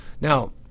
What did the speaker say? Now